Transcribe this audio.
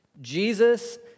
Jesus